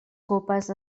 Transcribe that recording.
copes